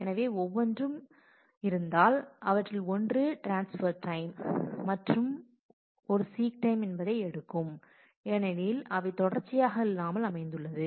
எனவே ஒவ்வொன்றும் இருந்தால் அவற்றில் ஒன்று ட்ரான்ஸ்பெர் டைம் மற்றும் ஒரு சீக் டைம் என்பதை எடுக்கும் ஏனெனில் அவை தொடர்ச்சியாக இல்லாமல் அமைந்துள்ளது